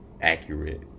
accurate